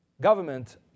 government